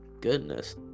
Goodness